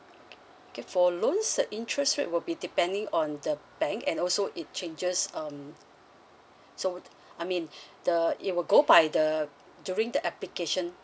okay for loan interest rate will be depending on the bank and also it changes um so I mean the it will go by the during the application